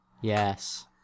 Yes